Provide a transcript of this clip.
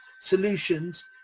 solutions